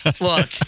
Look